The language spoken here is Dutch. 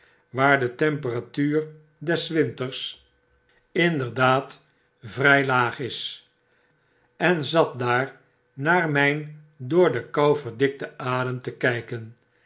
waar de temperatuur des winters inderdaad vrij laag is en zat daar naar myn door de kou verdikten adem te kyken